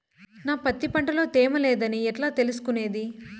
నా పత్తి పంట లో తేమ లేదని ఎట్లా తెలుసుకునేది?